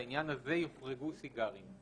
לעניין הזה יוחרגו סיגרים,